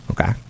okay